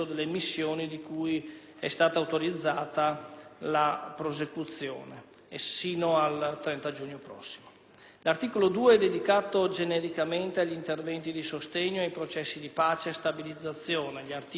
L'articolo 2 è dedicato genericamente agli interventi di sostegno ai processi di pace e stabilizzazione; gli articoli 4 e 5 concedono l'indennità spettante al personale in missione e il regime penale applicabile;